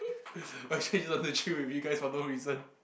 I actually love to chill with you guys for no reason